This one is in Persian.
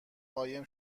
قایم